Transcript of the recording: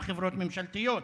יש גם חברות ממשלתיות